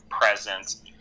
presence